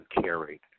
carried